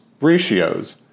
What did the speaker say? ratios